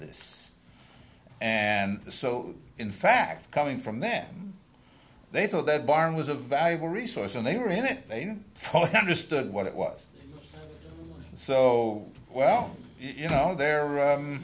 this and the so in fact coming from then they thought that barn was a valuable resource and they were in it they don't understand what it was so well you know there